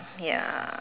ya